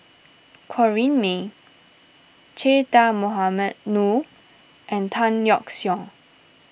Corrinne May Che Dah Mohamed Noor and Tan Yeok Seong